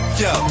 yo